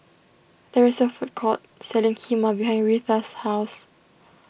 there is a food court selling Kheema behind Reatha's house